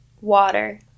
water